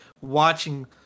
watching